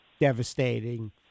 devastating